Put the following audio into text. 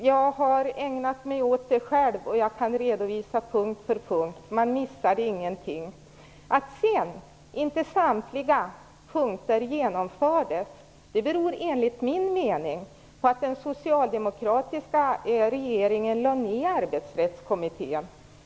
Jag har själv ägnat mig och det, och jag kan redovisa punkt efter punkt. Man missade ingenting. Att sedan inte samtliga punkter genomfördes berodde enligt min mening på att den socialdemokratiska regeringen lade ner Arbetsrättskommittén.